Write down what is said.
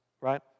Right